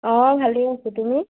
অঁ ভালেই আছো তুমি